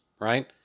right